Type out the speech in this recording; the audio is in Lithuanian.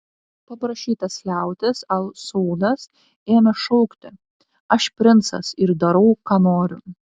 paprašytas liautis al saudas ėmė šaukti aš princas ir darau ką noriu